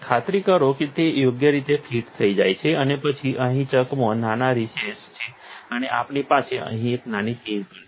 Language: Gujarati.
ખાતરી કરો કે તે યોગ્ય રીતે ફિટ થઈ જાય અને પછી અહીં ચકમાં નાના રિસેસ છે અને આપણી પાસે અહીં એક નાની પિન પણ છે